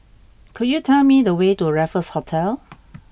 could you tell me the way to Raffles Hotel